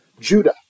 Judah